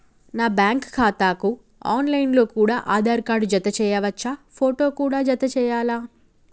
నా బ్యాంకు ఖాతాకు online లో కూడా ఆధార్ కార్డు జత చేయవచ్చా ఫోటో కూడా జత చేయాలా?